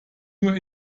nur